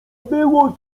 było